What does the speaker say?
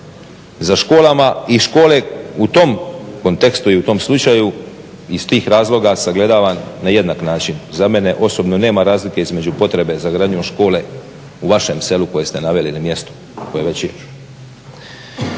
za školama i škole u tom kontekstu i u tom slučaju iz tih razloga sagledavam na jednak način. Za mene osobno nema razlike između potrebe za gradnjom škole u vašem selu koje ste naveli ili mjestu u